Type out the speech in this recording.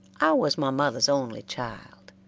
i was my mother's only child,